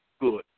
good